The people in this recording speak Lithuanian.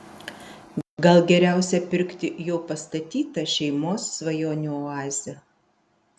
gal geriausia pirkti jau pastatytą šeimos svajonių oazę